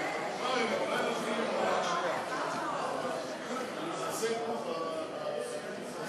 ההצעה להעביר את הצעת חוק הגנת הצרכן (תיקון,